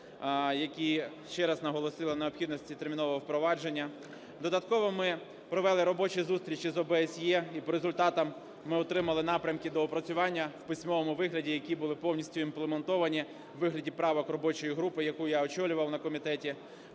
які ще раз наголосили на необхідності термінового впровадження. Додатково ми провели робочі зустрічі з ОБСЄ, і по результатам ми отримали напрямки доопрацювання в письмовому вигляді, які були повністю імплементовані у вигляді правок робочої групи, яку я очолював на комітеті.